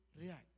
react